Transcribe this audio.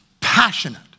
Passionate